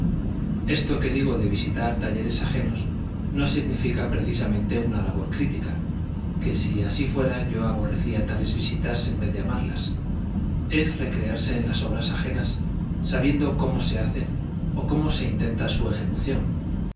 esto que digo de visitar talleres ajenos no significa precisamente una labor crítica que si así fuera yo aborrecía tales visitas en vez de amarlas es recrearse en las obras ajenas sabiendo cómo se hacen o cómo se intenta su ejecución